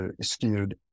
skewed